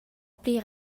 pli